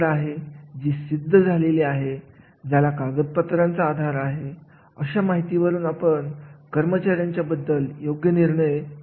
आता बाकीचे कर्मचारी जे इतर ठिकाणी काम करत असतात मग अशा उद्योगांमध्ये अशा कर्मचाऱ्यांच्या प्रशिक्षण खूप महत्त्वाचे बनत असते